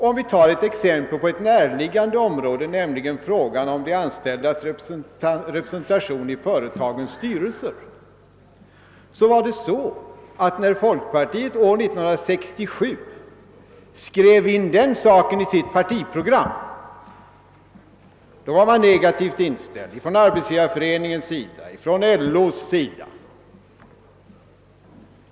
För att ta ett exempel från ett närliggande område kan jag erinra om att när folkpartiet år 1967 skrev in frågan om de anställdas representation i företagens styrelser i sitt partiprogram, så var man negativt inställd från Arbetsgivareföreningens och LO:s sida.